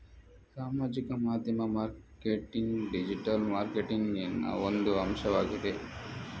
ಸಾಮಾಜಿಕ ಮಾಧ್ಯಮ marketing digital ಮಾರ್ಕೆಟಿಂಗಿನ ಒಂದು ಅಂಶವಾಗಿದೆ